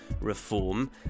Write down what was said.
reform